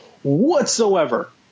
Whatsoever